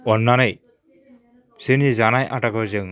अननानै बिसोरनि जानाय आदारखौ जों